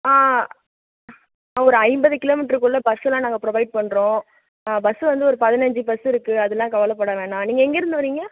ஒரு ஐம்பது கிலோ மீட்டருக்குள்ளே பஸ்லாம் நாங்கள் ப்ரொவைட் பண்ணுறோம் பஸ் வந்து ஒரு பதினஞ்சு பஸ் இருக்கு அதலாம் கவலை பட வேண்டாம் நீங்கள் எங்கே இருந்து வரீங்க